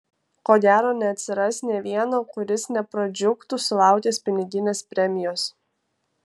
ko gero neatsiras nė vieno kuris nepradžiugtų sulaukęs piniginės premijos